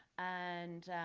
and,